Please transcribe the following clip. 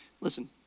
Listen